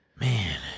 Man